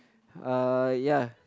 uh ya